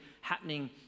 happening